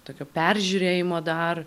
tokio peržiūrėjimo dar